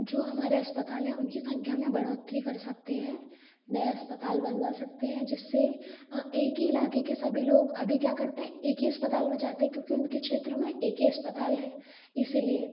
जो हमारे अस्पताल है उनकी संख्या में बढ़ोतरी कर सकते हैं नया अस्पताल बनवा सकते हैं जिससे एक ही इलाके के सभी लोग अभी क्या करते हैं एक ही अस्पताल में जाते है क्योंकि उनके क्षेत्र में एक ही अस्पताल है इसीलिए